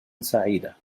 سعيدة